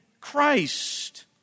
Christ